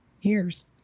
years